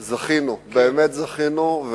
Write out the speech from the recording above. זכינו, באמת זכינו.